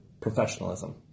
Professionalism